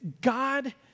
God